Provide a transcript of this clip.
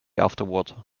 afterward